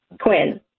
Quinn